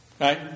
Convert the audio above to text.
Right